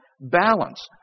balance